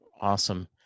Awesome